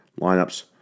lineups